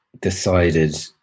decided